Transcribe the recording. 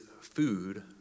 food